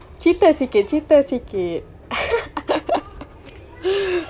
cerita sikit cerita sikit